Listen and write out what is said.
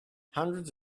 hundreds